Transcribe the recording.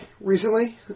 recently